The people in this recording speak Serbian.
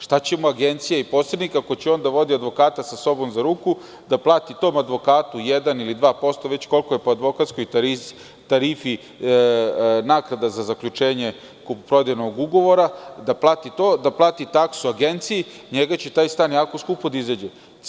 Šta će mu agencija i posrednik ako će on da vodio advokata sa sobom za ruku, da plati tom advokatu jedan ili dva posto koliko je već po advokatskoj tarifi naknada za zaključenje kupoprodajnog ugovora, da plati to, da plati taksu agenciji, onda će njega taj stan jako skupo da izađe.